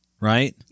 right